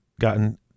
gotten